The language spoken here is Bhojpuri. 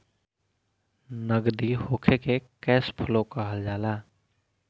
नगदी होखे के कैश फ्लो कहल जाला